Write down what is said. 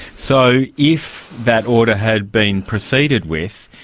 so if that order had been proceeded with,